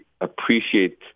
appreciate